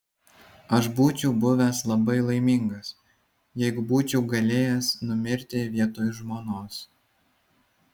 aš būčiau buvęs labai laimingas jeigu būčiau galėjęs numirti vietoj žmonos